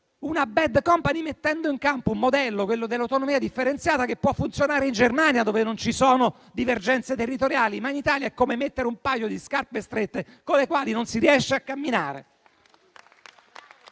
una *bad company*, mettendo in campo un modello, quello dell'autonomia differenziata, che può funzionare in Germania dove non ci sono divergenze territoriali, ma in Italia è come mettere un paio di scarpe strette con le quali non si riesce a camminare.